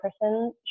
person